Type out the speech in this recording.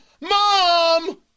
Mom